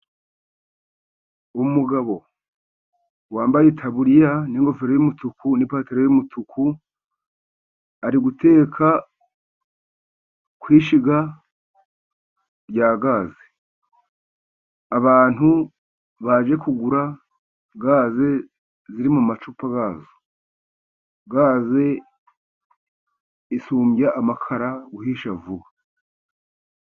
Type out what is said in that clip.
Umugabo wambaye itaburiya n'ingofero y'umutuku, n'ipantaro y'umutuku, ari guteka ku ishyiga rya gaze, abantu baje kugura gaze ziri mu macupa yazo, gaze isumbya amakara guhisha vuba.